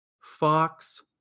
Fox